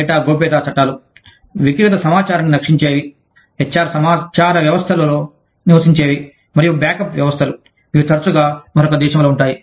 data గోప్యతా చట్టాలు వ్యక్తిగత సమాచారాన్ని రక్షించేవి హెచ్ఆర్ సమాచార వ్యవస్థల్లో నివసించేవి మరియు బ్యాకప్ వ్యవస్థలు ఇవి తరచుగా మరొక దేశంలో ఉంటాయి